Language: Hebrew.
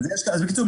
בקיצור,